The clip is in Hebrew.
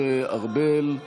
תודה רבה לחבר הכנסת משה ארבל.